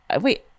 Wait